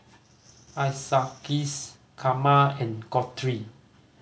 Isaias Karma and Guthrie